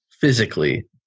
physically